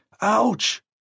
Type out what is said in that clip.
Ouch